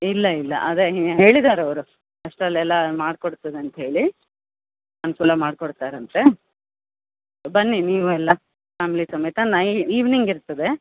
ಇಲ್ಲ ಇಲ್ಲ ಅದೇ ಹೇಳಿದಾರೆ ಅವರು ಅಷ್ಟರಲೆಲ್ಲ ಮಾಡ್ಕೊಡ್ತದೆ ಅಂತೇಳಿ ಅನುಕೂಲ ಮಾಡಿಕೊಡ್ತಾರಂತೆ ಬನ್ನಿ ನೀವೆಲ್ಲ ಫ್ಯಾಮ್ಲಿ ಸಮೇತ ನೈ ಇವ್ನಿಂಗ್ ಇರ್ತದೆ